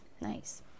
Nice